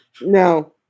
no